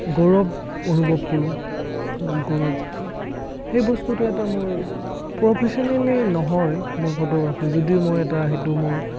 গৌৰৱ অনুভৱ কৰোঁ গৌৰৱ সেই বস্তুটো এটা মোৰ প্ৰ'ফেচনেলী নহয় মোৰ ফ'টোগ্ৰাফী যদিও মই এটা সেইটো মোৰ